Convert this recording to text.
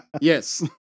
Yes